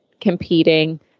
competing